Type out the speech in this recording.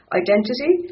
identity